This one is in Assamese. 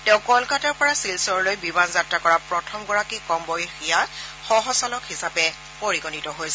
তেওঁ কলকাতাৰ পৰা শিলচৰলৈ বিমান যাত্ৰা কৰা প্ৰথমগৰাকী কম বয়সীয়া সহচালক হিচাপে পৰিগণিত হৈছে